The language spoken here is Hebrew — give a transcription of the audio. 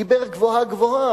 דיבר גבוהה-גבוהה,